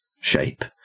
shape